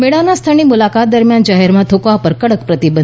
મેળા સ્થળની મુલાકાત દરમિયાન જાહેરમાં થૂંકવા પર કડક પ્રતિબંધ છે